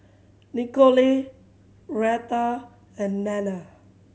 Nikole Retha and Nanna